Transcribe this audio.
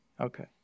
Okay